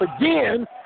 again